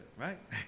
right